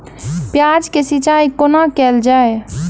प्याज केँ सिचाई कोना कैल जाए?